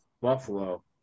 Buffalo